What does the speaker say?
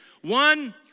One